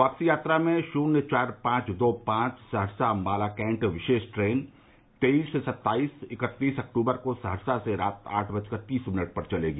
वापसी यात्रा में शून्य चार पांच दो पांच सहरसा अम्बाला कैंट विशेष ट्रेन तेईस सत्ताईस एवं इक्कतीस अक्टूबर को सहरसा से रात्रि आठ बजकर तीस मिनट पर चलेगी